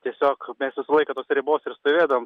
tiesiog mes visą laiką tose ribose ir stovėdavom